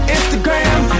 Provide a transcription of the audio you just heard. Instagram